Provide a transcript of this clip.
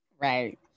right